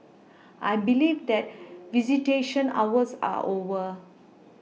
I believe that visitation hours are over